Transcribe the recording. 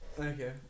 Okay